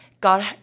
God